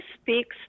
speaks